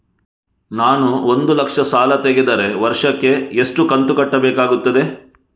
ನಾನು ಒಂದು ಲಕ್ಷ ಸಾಲ ತೆಗೆದರೆ ವರ್ಷಕ್ಕೆ ಎಷ್ಟು ಕಂತು ಕಟ್ಟಬೇಕಾಗುತ್ತದೆ?